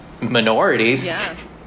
minorities